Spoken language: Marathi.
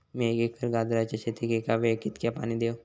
मीया एक एकर गाजराच्या शेतीक एका वेळेक कितक्या पाणी देव?